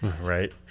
right